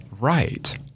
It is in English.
right